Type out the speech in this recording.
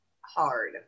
hard